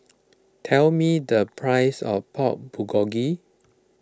tell me the price of Pork Bulgogi